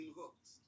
hooks